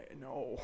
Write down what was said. No